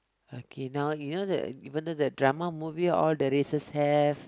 okay now you know that even though the drama movie all the races have